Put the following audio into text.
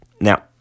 Now